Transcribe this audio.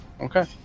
Okay